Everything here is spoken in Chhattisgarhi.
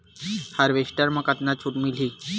हारवेस्टर म कतका छूट मिलही?